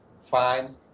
fine